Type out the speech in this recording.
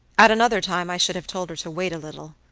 at another time i should have told her to wait a little,